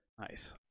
nice